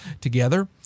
together